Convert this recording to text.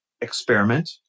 experiment